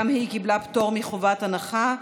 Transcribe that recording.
שגם היא קיבלה פטור מחובת הנחה.